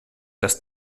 das